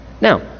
Now